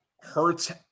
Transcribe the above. hurts